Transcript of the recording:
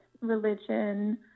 religion